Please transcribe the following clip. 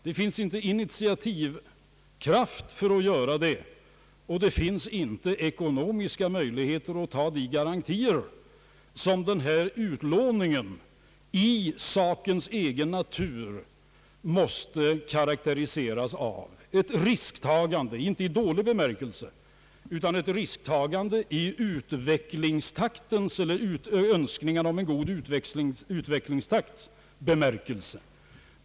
Det finns inte initiativkraft, och det finns inte ekonomiska möjligheter att skapa de garantier som fordras för att klara utlåningen, vilken — det ligger i sakens egen natur — måste karakteriseras av ett risktagande; inte i dålig bemärkelse utan med avseende på en önskan om en god utvecklingstakt.